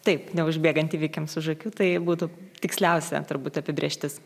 taip neužbėgant įvykiams už akių tai būtų tiksliausia turbūt apibrėžtis